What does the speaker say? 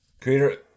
Creator